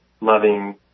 loving